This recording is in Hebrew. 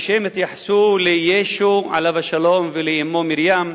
כשהם התייחסו לישו, עליו השלום, ולאמו מרים,